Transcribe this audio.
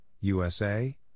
USA